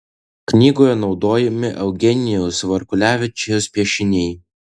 knygoje naudojami eugenijaus varkulevičiaus piešiniai